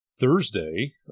Thursday